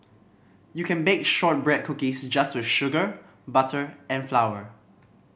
you can bake shortbread cookies just with sugar butter and flower